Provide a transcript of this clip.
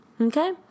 Okay